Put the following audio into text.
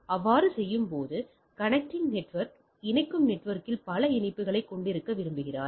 அவ்வாறு செய்யும்போது connecting network இணைக்கும் நெட்வொர்க்கில் பல இணைப்புகளைக் கொண்டிருக்க விரும்புகிறார்